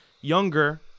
younger